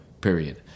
period